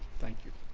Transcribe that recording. thank you.